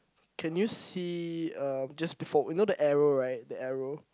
can you see um just before you know the arrow right the arrow